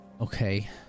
Okay